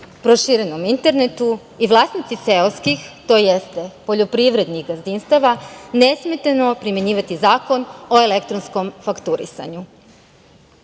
proširenom internetu i vlasnici seoskih, tj. poljoprivrednih gazdinstava nesmetano primenjivati zakon o elektronskom fakturisanju. Cilj